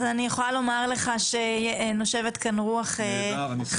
אז אני יכולה להגיד לך שנושבת כאן רוח חדשה,